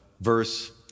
verse